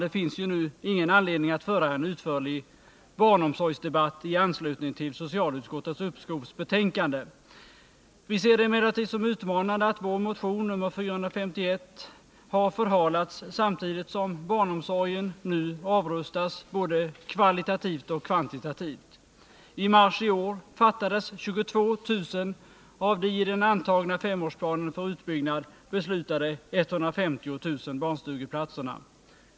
Det finns ingen anledning att föra en utförlig barnomsorgsdebatt i anslutning till socialutskottets uppskovsbetänkande. Vi ser det emellertid som utmanande att vår motion nr 451 har förhalats, samtidigt som barnomsorgen nu avrustas både kvalitativt och kvantitativt. I mars i år fattades 22 000 av de i den antagna femårsplanen för utbyggnad beslutade 150 000 barnstugeplatserna.